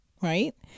right